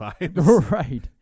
right